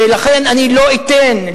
ולכן אני לא אתן,